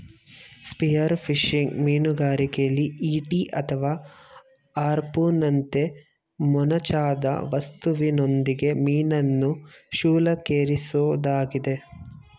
spearfishing ಮೀನುಗಾರಿಕೆಲಿ ಈಟಿ ಅಥವಾ ಹಾರ್ಪೂನ್ನಂತ ಮೊನಚಾದ ವಸ್ತುವಿನೊಂದಿಗೆ ಮೀನನ್ನು ಶೂಲಕ್ಕೇರಿಸೊದಾಗಿದೆ